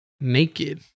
naked